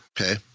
Okay